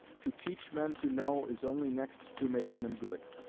to teach men to know is only next to making them good.